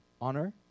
honor